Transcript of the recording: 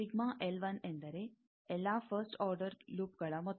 ಈಗ ಎಂದರೆ ಎಲ್ಲಾ ಫಸ್ಟ್ ಆರ್ಡರ್ ಲೂಪ್ಗಳ ಮೊತ್ತ